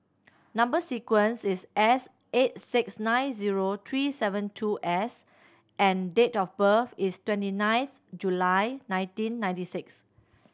number sequence is S eight six nine zero three seven two S and date of birth is twenty ninth July nineteen ninety six